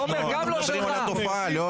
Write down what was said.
אנחנו מדברים על התופעה.